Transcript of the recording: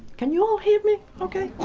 can you all hear me okay?